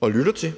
og lytter til.